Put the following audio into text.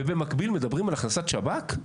ובמקביל מדברים על הכנסת שב"כ?